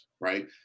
right